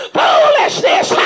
foolishness